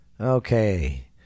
Okay